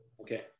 Okay